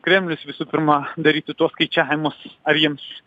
kremlius visų pirma darytų tuos skaičiavimus ar jiems